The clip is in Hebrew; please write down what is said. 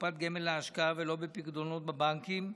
בקופות גמל להשקעה ולא בפיקדונות בבנקים,